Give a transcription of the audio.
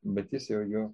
bet jis jau jo